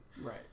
Right